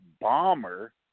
bomber